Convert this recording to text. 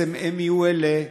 הם יהיו אלה,